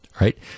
right